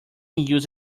used